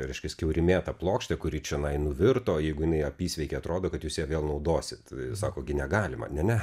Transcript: reiškias kiaurinėta plokštė kuri čionai nuvirto jeigu jinai apysveikė atrodo kad jūs ją vėl naudosit sako gi negalima ne ne